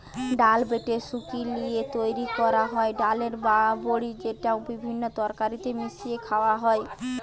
ডাল বেটে শুকি লিয়ে তৈরি কোরা হয় ডালের বড়ি যেটা বিভিন্ন তরকারিতে মিশিয়ে খায়া হয়